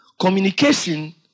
Communication